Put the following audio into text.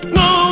no